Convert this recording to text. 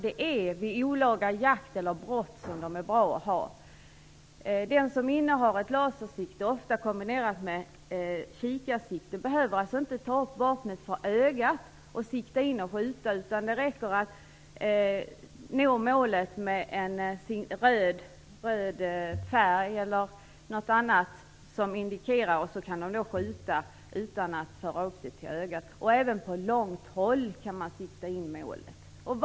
Det är vid olaga jakt eller brott som de är bra att ha. Den som innehar ett lasersikte, ofta i kombination med ett kikarsikte, behöver inte ta upp vapnet framför ögat för att sikta och skjuta, utan det räcker att pricka in målet med en laserstråle med röd färg och så kan man skjuta. Även på långt håll kan man sikta på målet på det sättet.